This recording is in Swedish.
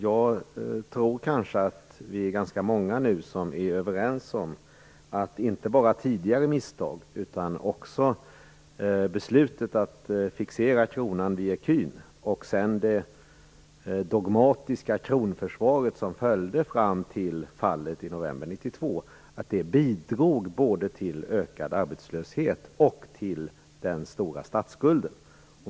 Jag tror nog att vi nu är ganska många som är överens om att inte bara tidigare misstag utan också beslutet att fixera kronan vid ecun, liksom det dogmatiska kronförsvaret som följde fram till fallet i november 1992, bidrog både till den ökade arbetslösheten och till den stora statsskulden.